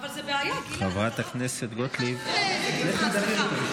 חבר הכנסת מיקי לוי,